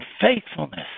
faithfulness